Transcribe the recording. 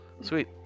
sweet